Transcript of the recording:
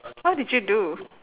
how did you do